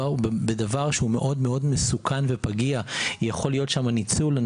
מדובר בדבר מאוד מסוכן ופגיע ויכול להיות שם ניצול.